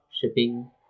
shipping